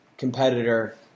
Competitor